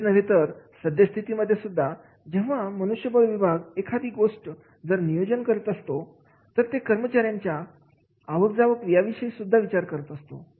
एवढेच नव्हे तर सद्यस्थितीमध्ये सुद्धा जेव्हा मनुष्यबळ विभाग एखादी गोष्ट जर नियोजन करत असतो तर ते कर्मचाऱ्यांच्या आवक जावक याविषयी विचार करत असतो